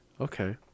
Okay